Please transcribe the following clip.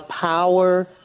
power